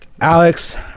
Alex